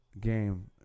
game